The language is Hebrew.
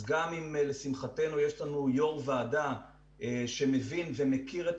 וגם אם לשמחתנו יש לנו יו"ר ועדה שמכיר ומבין את